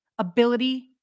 Ability